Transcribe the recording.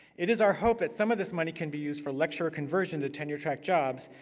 it is our hope that some of this money can be used for lecturer conversion to tenure-track jobs,